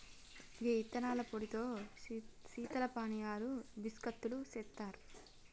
గీ యిత్తనాల పొడితో శీతల పానీయాలు బిస్కత్తులు సెత్తారు